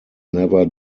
never